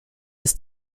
ist